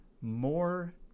more